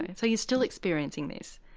and so you're still experiencing this?